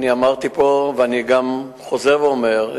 אמרתי פה ואני חוזר ואומר,